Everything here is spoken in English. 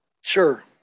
Sure